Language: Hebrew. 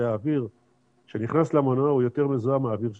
שהאוויר שנכנס למנוע הוא יותר מזוהם מהאוויר שיוצא.